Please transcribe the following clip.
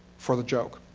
for the joke.